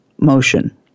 motion